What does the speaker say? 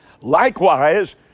Likewise